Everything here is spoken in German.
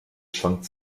schwankt